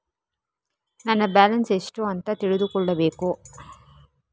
ನನ್ನ ಬ್ಯಾಲೆನ್ಸ್ ಎಷ್ಟು ಅಂತ ತಿಳಿದುಕೊಳ್ಳಬೇಕು?